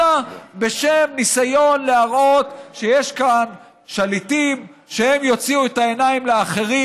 אלא בשם ניסיון להראות שיש כאן שליטים שיוציאו את העיניים לאחרים.